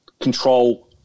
control